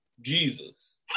Jesus